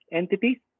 entities